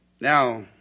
Now